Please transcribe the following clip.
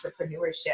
entrepreneurship